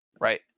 Right